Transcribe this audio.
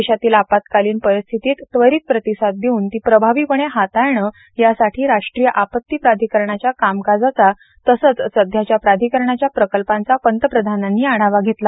देशातील आपत्कालीन परिस्थितीत त्वरित प्रतिसाद देऊन ती प्रभावीपणे हाताळणे यासाठी राष्ट्रीय आपत्ती प्राधिकरणाच्या कामकाजाचा तसेच सध्याच्या प्राधिकरणाच्या प्रकल्पांचा पंतप्रधानांनी आढावा घेतला